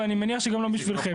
ואני מניח שגם לא בשבילכם.